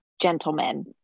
gentlemen